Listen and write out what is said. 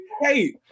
Hey